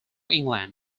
england